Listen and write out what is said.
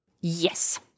Yes